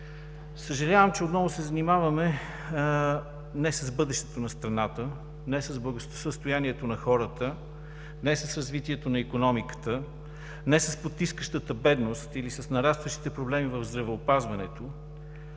Съжалявам, че отново се занимаваме не с бъдещето на страната, не с благосъстоянието на хората, не с развитието на икономиката, не с потискащата бедност или с нарастващите проблеми в здравеопазването,